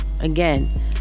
Again